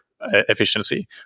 efficiency